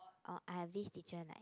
oh I have this teacher like